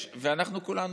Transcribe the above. אנחנו כולנו,